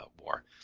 war